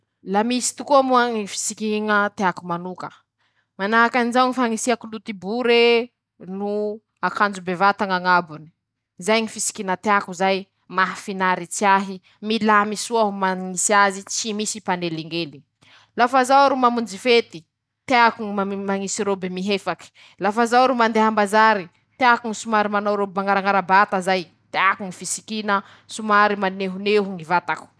La misy tokoa moa ñy fisikiña tiako manoka: manahaky anizao ñy fañisia koloty bory ee no akanjo bevata ñ'añabony ;zay ñy fisikina tiako zay mahafinaritsy ahy, milamy soa aho mañisy azy, tsymisy mpanelingely. Lafa zaho ro mamonjy fety teako mañisy roby mihefaky; lafa zaho ro mandeha ambazary :teako ñy somary manao roby mañarañara bata zay, tiako ñy fisikiña somary manehoneho ñy vatako.